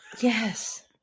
Yes